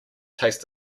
tastes